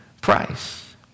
price